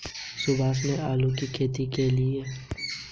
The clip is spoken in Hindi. सुभाष ने आलू की खेती के लिए विशेषज्ञों से जानकारी ली